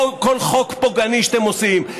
לכל כל חוק פוגעני שאתם עושים,